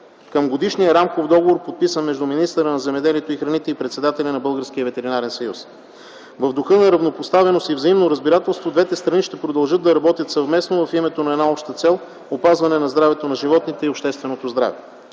към Годишния рамков договор, подписан от министъра на земеделието и храните и председателя на Българския ветеринарен съюз. В духа на равнопоставеност и взаимно разбирателство двете страни ще продължат да работят съвместно в името на една обща цел - опазване на здравето на животните и общественото здраве.